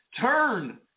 turn